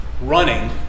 running